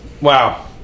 Wow